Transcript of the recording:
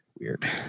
weird